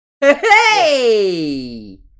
Hey